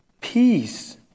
Peace